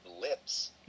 lips